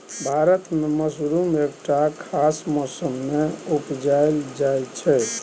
भारत मे मसरुम एकटा खास मौसमे मे उपजाएल जाइ छै